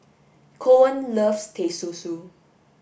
Coen loves Teh Susu